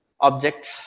objects